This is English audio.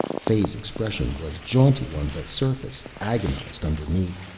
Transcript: fay's expression was jaunty on the surface, agonized underneath.